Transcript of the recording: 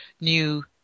new